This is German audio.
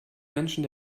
menschen